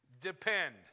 Depend